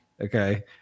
Okay